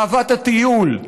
אהבת הטיול,